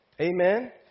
Amen